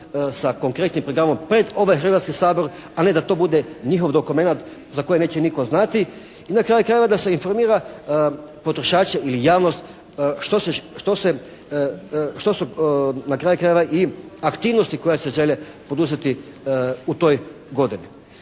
sa konkretnim programom pred ovaj Hrvatski sabor, a ne da to bude njihov dokumenat za koji neće nitko znati. I na kraju krajeva, da se informira potrošače ili javnost što su na kraju krajeva i aktivnosti koje se žele poduzeti u toj godini.